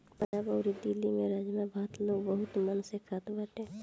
पंजाब अउरी दिल्ली में राजमा भात लोग बहुते मन से खात बाटे